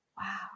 wow